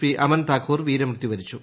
P Aman Thakur വീരമൃത്യു വരിച്ചു